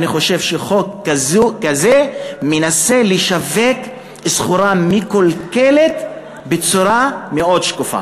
אני חושב שחוק כזה מנסה לשווק סחורה מקולקלת בצורה מאוד שקופה.